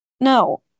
no